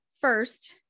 First